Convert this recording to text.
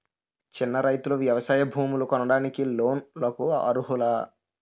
చిన్న రైతులు వ్యవసాయ భూములు కొనడానికి లోన్ లకు అర్హులా?